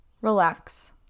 relax